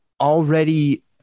already